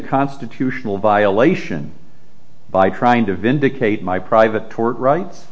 constitutional violation by trying to vindicate my private tort rights